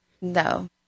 No